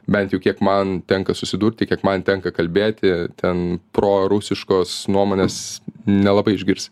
bent jau kiek man tenka susidurti kiek man tenka kalbėti ten prorusiškos nuomonės nelabai išgirsi